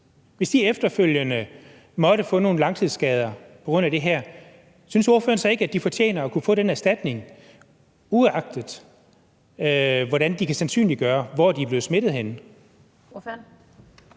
Hvis de efterfølgende måtte få nogle langtidsskader på grund af det her, synes ordføreren så ikke, at de fortjener at kunne få den erstatning, uagtet hvordan de kan sandsynliggøre, hvor de er blevet smittet henne?